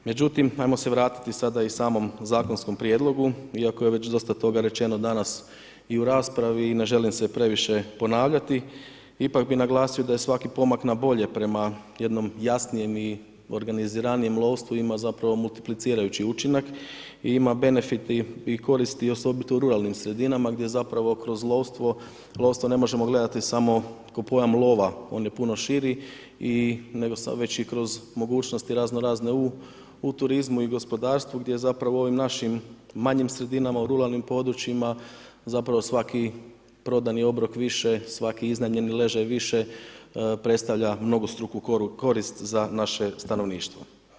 Međutim, ajmo se vratiti sada i samom zakonskom prijedlogu iako je već dosta toga rečeno danas i u raspravi i ne želim se previše ponavljati, ipak bi naglasio da je svaki pomak na bolje, prema jednom jasnom i organiziranijem lovstvu ima zapravo multiplicirajući učinak i ima benefite i koristi osobito u ruralnim sredinama gdje zapravo kroz lovstvo, lovstvo ne možemo gledati samo ko pojam lova, on je puno širi i nego sad već i kroz mogućnosti razno razne u turizmu i gospodarstvu gdje zapravo u ovim našim manjim sredinama u ruralnim područjima zapravo svaki prodani obrok više svaki iznajmljeni ležaj više predstavlja mnogostruku korist za naše stanovništvo.